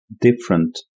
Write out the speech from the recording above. different